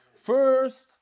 First